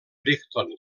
brighton